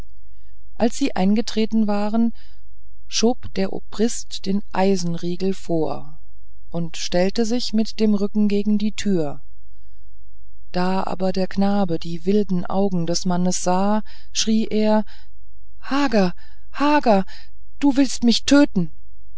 als sie eingetreten waren schob der oberst den eisenriegel vor und stellte sich mit dem rücken gegen die tür da aber der knabe die wilden augen des mannes sah schrie er hager hager du willst mich töten